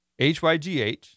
HYGH